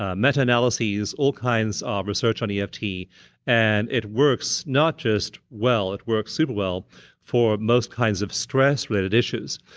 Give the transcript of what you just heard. ah meta-analyses, all kinds ah of research on yeah eft, and it works not just well, it works super well for most kinds of stressrelated issues.